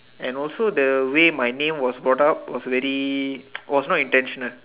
I also the read my name was already also intention